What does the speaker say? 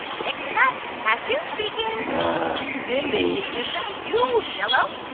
mixed nuts. cashew speaking mindy, is that you? jell-o?